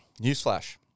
Newsflash